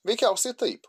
veikiausiai taip